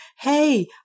Hey